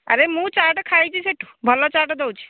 ଆରେ ମୁଁ ଚାଟ୍ ଖାଇଛି ସେଇଠୁ ଭଲ ଚାଟ୍ ଦେଉଛି